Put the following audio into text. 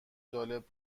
جالب